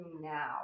now